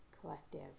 collective